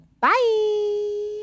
Bye